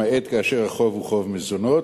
למעט כאשר החוב הוא חוב מזונות,